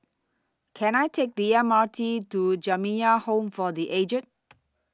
Can I Take The M R T to Jamiyah Home For The Aged